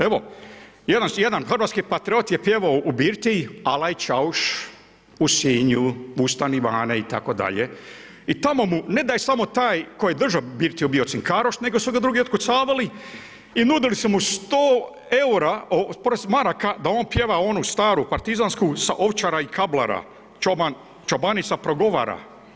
Evo jedan hrvatski patriot je pjevao u birtiji Alaj Čauš u Sinju „Ustani bane“ itd. i tamo mu, ne da je samo taj koji je držao birtiju bio cinkaroš, nego su ga drugi otkucavali i nudili su mu 100 eura, maraka da on pjeva onu staru partizansku „Sa Ovčara i Kablara čoban, čobanica progovara“